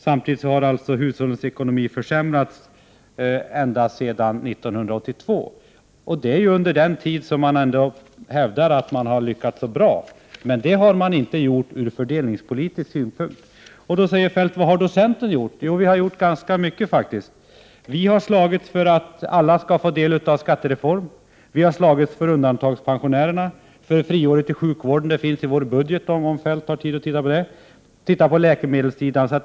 Samtidigt har alltså hushållens ekonomi försämrats ända sedan 1982. Det är under den tid som regeringen hävdar att man lyckats så bra. Men det har man inte gjort ur fördelningspolitisk synpunkt. Då säger Feldt: Vad har centern gjort? Jo, vi har gjort ganska mycket faktiskt. Vi har slagits för att alla skall få del av skattereformen. Vi har slagits för undantagspensionärerna, för friåret i sjukvården. Detta finns i vår budget, om Feldt har tid att se på det. Vi har tittat på läkemedelssidan.